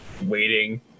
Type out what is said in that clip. waiting